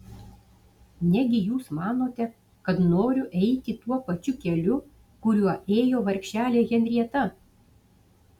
negi jūs manote kad noriu eiti tuo pačiu keliu kuriuo ėjo vargšelė henrieta